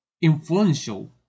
influential